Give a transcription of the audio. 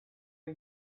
are